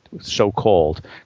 so-called